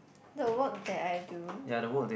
the work that I do